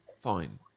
Fine